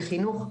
בחינוך,